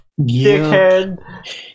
Dickhead